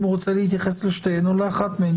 הוא רוצה להתייחס לשתיהן או לאחת מהן.